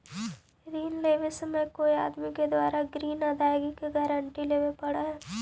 ऋण लेवे समय कोई आदमी के द्वारा ग्रीन अदायगी के गारंटी लेवे पड़ऽ हई